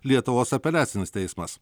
lietuvos apeliacinis teismas